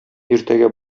иртәгә